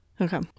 Okay